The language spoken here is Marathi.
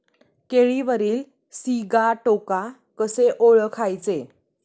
केळीवरील सिगाटोका कसे ओळखायचे?